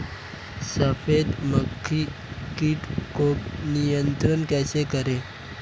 सफेद मक्खी कीट को नियंत्रण कैसे करें?